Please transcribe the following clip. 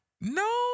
No